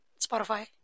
Spotify